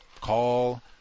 Call